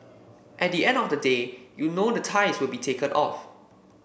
at the end of the day you know the ties will be taken off